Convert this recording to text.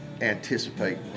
anticipate